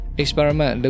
experiment